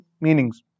meanings